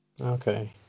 Okay